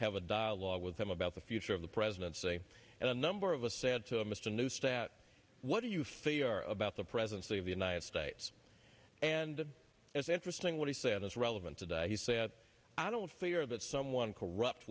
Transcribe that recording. have a dialogue with him about the future of the presidency and a number of a said to mr new sat what do you feel about the presidency of the united states and it's interesting what he said as relevant today he said i don't fear that someone corrupt